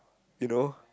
you know